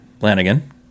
Lanigan